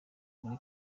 muri